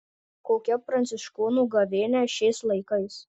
kokia pranciškonų gavėnia šiais laikais